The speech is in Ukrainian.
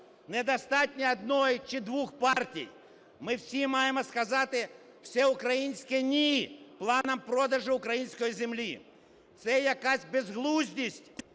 недостатньо одної чи двох партій. Ми всі маємо сказати всеукраїнське "ні" планам продажу української землі. Це якась безглуздість